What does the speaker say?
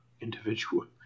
individual